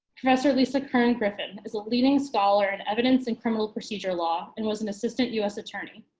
professor lisa kern griffin is a leading scholar in evidence and criminal procedure law and was an assistant us attorney.